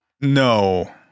no